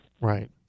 Right